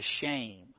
shame